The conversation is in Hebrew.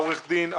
עורך הדין,